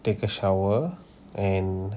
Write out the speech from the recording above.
take a shower and